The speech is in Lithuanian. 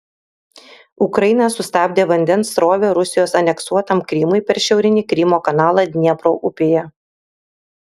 ukraina sustabdė vandens srovę rusijos aneksuotam krymui per šiaurinį krymo kanalą dniepro upėje